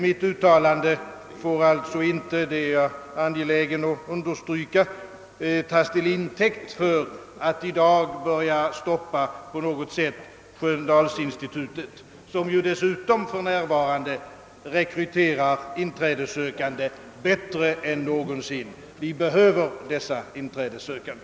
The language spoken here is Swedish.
Mitt uttalande får alltså inte — det är jag angelägen att understryka — tas till intäkt för att i dag på något sätt börja stoppa Sköndalsinstitutet, som för närvarande bättre än någonsin rekryterar inträdessökande. Vi behöver dessa inträdessökande.